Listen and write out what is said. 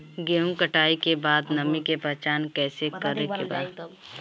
गेहूं कटाई के बाद नमी के पहचान कैसे करेके बा?